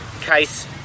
case